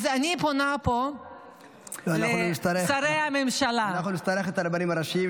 אז אני פונה פה לשרי הממשלה --- אנחנו נצטרך את הרבנים הראשיים,